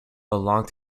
belonged